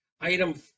item